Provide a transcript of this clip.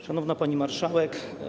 Szanowna Pani Marszałek!